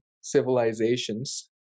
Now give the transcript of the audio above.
civilizations